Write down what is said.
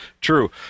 True